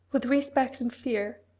with respect and fear,